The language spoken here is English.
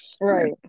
Right